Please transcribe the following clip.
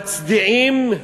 ומצדיעים